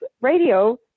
radio